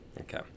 Okay